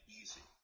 easy